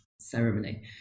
ceremony